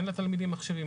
אין לתלמידים מחשבים,